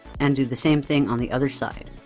and do the same thing on the other side.